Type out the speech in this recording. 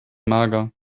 mager